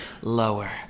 lower